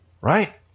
right